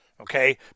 Okay